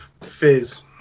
fizz